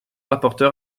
rapporteur